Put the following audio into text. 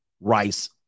Rice